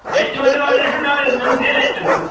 ಹೆಚ್ಚು ಮದುವೆ ಮಾಡಿದಷ್ಟು ನಾವು ನಮ್ಮ ಸೇಲ್ ಹೆಚ್ಚು ಆಗ್ತು